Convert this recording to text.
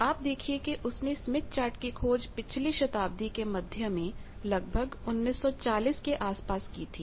आप देखिए कि उसने स्मिथ चार्ट की खोज पिछली शताब्दी के मध्य में लगभग 1940 के आसपास की थी